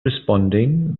responding